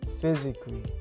physically